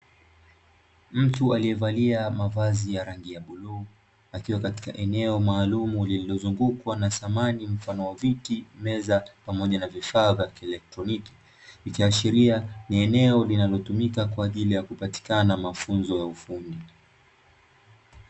Mtu aliyevalia mavazi ya rangi ya bluu, akiwa katika eneo maalumu lililozungukwa na vitu vya thamani kamavil; viti, meza pamoja na vifaa vya kieletroniki, likiashiria ni eneo linalopatikana kwa jili ya utoaji mafunzo.